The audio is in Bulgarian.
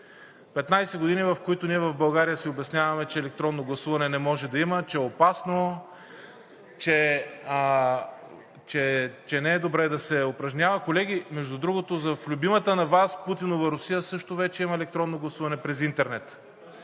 15 години, в които ние в България си обясняваме, че електронно гласуване не може да има, че е опасно, че не е добре да се упражнява. Колеги, между другото, в любимата на Вас Путинова Русия също вече има електронно гласуване през интернет.